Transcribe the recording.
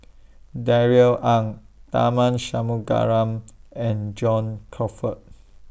Darrell Ang Tharman Shanmugaratnam and John Crawfurd